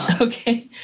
Okay